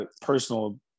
personal